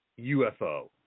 UFO